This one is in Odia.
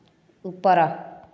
ଉପର